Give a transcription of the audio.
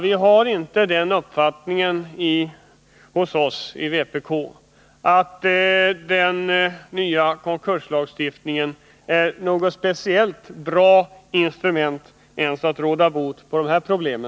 Vi har emellertid inte den uppfattningen inom vpk att den nya konkurslagstiftningen är något speciellt bra instrument ens för att råda bot på dessa problem.